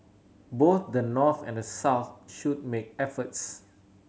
both the North and the South should make efforts